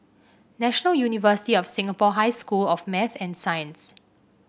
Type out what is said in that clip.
National University of Singapore High School of Math and Science